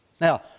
Now